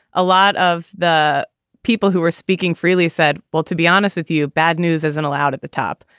a lot of the people who are speaking freely said, well, to be honest with you, bad news isn't allowed at the top.